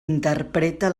interpreta